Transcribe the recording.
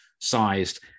sized